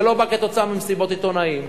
זה לא בא כתוצאה ממסיבות עיתונאים,